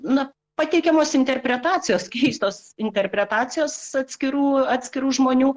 na pateikiamos interpretacijos keistos interpretacijos atskirų atskirų žmonių